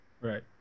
Right